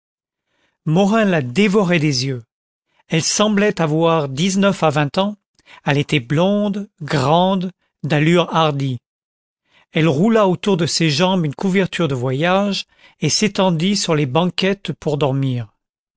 morin la dévorait des yeux elle semblait avoir dix-neuf à vingt ans elle était blonde grande d'allure hardie elle roula autour de ses jambes une couverture de voyage et s'étendit sur les banquettes pour dormir